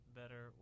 better